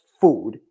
food